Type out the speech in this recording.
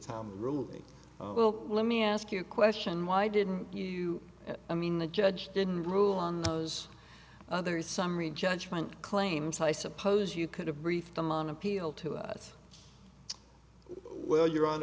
time ruling well let me ask you a question why didn't you i mean the judge didn't rule on those others summary judgment claims i suppose you could have briefed them on appeal to that well you